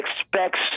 expects